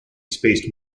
spaced